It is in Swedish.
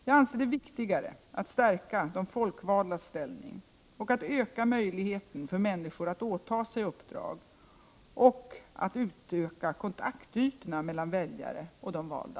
Jag anser det viktigare att stärka de folkvaldas ställning, att öka möjligheterna för människor att åta sig uppdrag samt att utöka kontaktytorna mellan väljare och valda.